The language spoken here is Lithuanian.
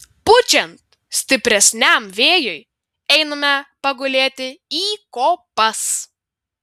pučiant stipresniam vėjui einame pagulėti į kopas